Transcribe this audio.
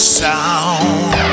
sound